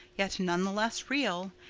yet nonetheless real,